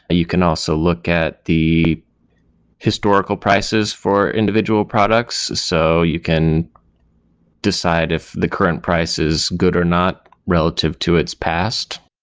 you can also look at the historical prices for individual products. so you can decide if the current price is good or not relative to its past.